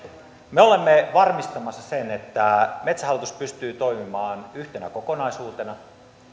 me olemme varmistamassa sen että metsähallitus pystyy toimimaan yhtenä kokonaisuutena